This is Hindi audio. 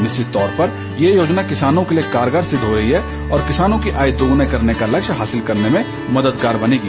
निश्चित तौर पर ये योजना किसानों के लिए कारगर सिद्ध हो रही है और किसानों की आय दोगुना करने का लक्ष्य हासिल करने में मददगार बनेगी